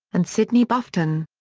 and sidney bufton.